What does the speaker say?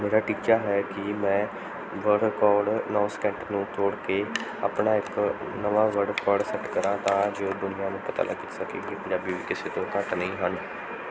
ਮੇਰਾ ਟੀਚਾ ਹੈ ਕਿ ਮੈਂ ਵਰਲਡ ਰਿਕਾਰਡ ਨੌ ਸਕਿੰਟ ਨੂੰ ਤੋੜ ਕੇ ਆਪਣਾ ਇੱਕ ਨਵਾਂ ਇਕ ਨਵਾਂ ਵਰਲਡ ਰਿਕਾਰਡ ਸੈਟ ਕਰਾ ਤਾਂ ਜੋ ਦੁਨੀਆਂ ਨੂੰ ਪਤਾ ਲੱਗ ਸਕੇ ਕਿ ਪੰਜਾਬੀ ਵੀ ਕਿਸੇ ਤੋਂ ਘੱਟ ਨਹੀਂ ਹਨ